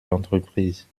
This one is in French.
l’entreprise